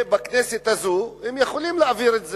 בכנסת הזאת הם יכולים להעביר את זה,